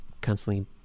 constantly